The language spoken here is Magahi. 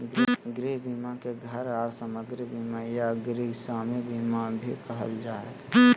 गृह बीमा के घर आर सामाग्री बीमा या गृहस्वामी बीमा भी कहल जा हय